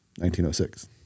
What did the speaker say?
1906